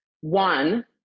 One